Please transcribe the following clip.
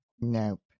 Nope